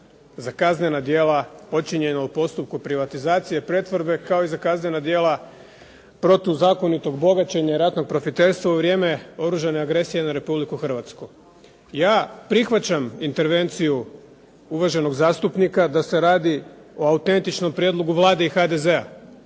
za kaznena djela počinjena u postupku privatizacije i pretvorbe kao i za kaznena djela protuzakonitog bogaćenja i ratnog profiterstva u vrijeme oružane agresije na RH. Ja prihvaćam intervenciju uvaženog zastupnika da se radi o autentičnom prijedlogu Vlade i HDZ-a,